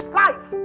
life